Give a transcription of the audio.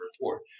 report